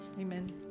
Amen